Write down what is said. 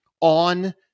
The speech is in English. on